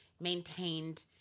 maintained